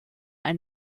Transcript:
ein